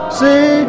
see